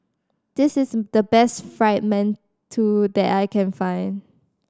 this is the best Fried Mantou that I can find